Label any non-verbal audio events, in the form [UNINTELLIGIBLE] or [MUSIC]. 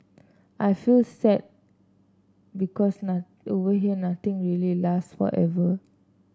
I feel sad because [UNINTELLIGIBLE] over here nothing really last forever